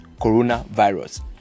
coronavirus